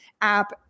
app